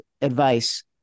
advice